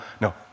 No